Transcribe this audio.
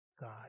God